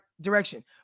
direction